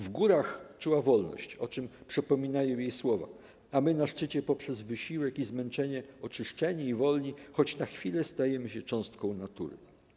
W górach czuła wolność, o czym przypominają jej słowa: 'A my na szczycie, poprzez wysiłek i zmęczenie oczyszczeni i wolni, choć na chwilę stajemy się cząstką natury'